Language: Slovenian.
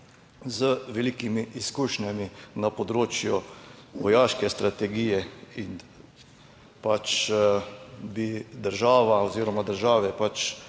z velikimi izkušnjami na področju vojaške strategije in bi država oziroma države pač